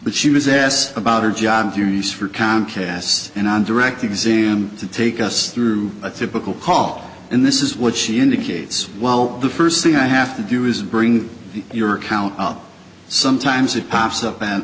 but she was asked about her job theories for comcast and on direct exam to take us through a typical call and this is what she indicates well the first thing i have to do is bring your account up sometimes it pops up and